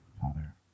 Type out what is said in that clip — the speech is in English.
Father